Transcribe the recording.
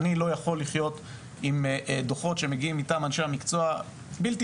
אני לא יכול לחיות עם דוחות שמגיעים מטעם אנשי מקצוע בלתי